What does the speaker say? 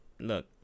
look